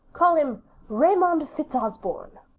call him raymond fitzosborne,